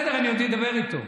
לך, בסדר, אני עוד אדבר איתו.